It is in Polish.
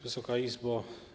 Wysoka Izbo!